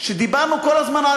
דיברנו כל הזמן,